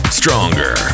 stronger